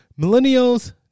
Millennials